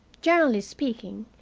generally speaking,